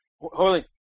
Holy